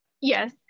Yes